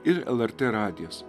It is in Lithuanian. ir lrt radijas